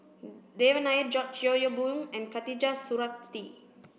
Devan Nair George Yeo Yong Boon and Khatijah Surattee